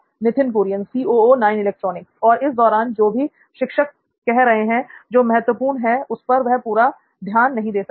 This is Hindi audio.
नित्थिन कुरियन और इस दौरान जो भी कुछ शिक्षक कह रहे हैं जो महत्वपूर्ण है उस पर वह पूरा ध्यान नहीं दे सकता